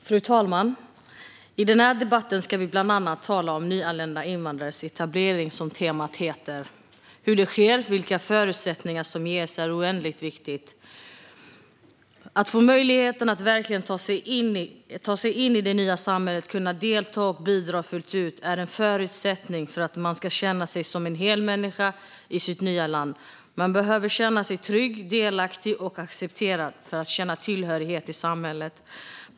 Fru talman! I denna debatt ska vi bland annat tala om nyanlända invandrares etablering, som temat heter. Hur detta sker och vilka förutsättningar som ges är oändligt viktigt. Att få möjlighet att verkligen ta sig in i det nya samhället och kunna delta och bidra fullt ut är en förutsättning för att känna sig som en hel människa i det nya landet. Man behöver känna sig trygg, delaktig och accepterad för att känna tillhörighet i samhället.